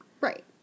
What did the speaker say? Right